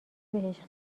بهش